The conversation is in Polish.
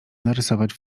narysować